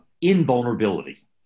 invulnerability